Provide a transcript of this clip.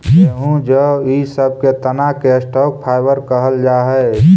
गेहूँ जौ इ सब के तना के स्टॉक फाइवर कहल जा हई